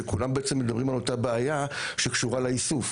שכולם בעצם מדברים על אותה בעיה שקשורה לאיסוף.